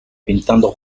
pintando